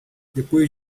depois